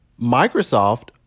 Microsoft